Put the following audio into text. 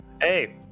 hey